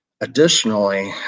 additionally